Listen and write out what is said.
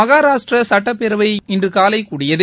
மகாராஷ்டிரா சட்டப்பேரவை இன்று காலை கூடியது